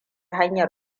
hanyar